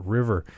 River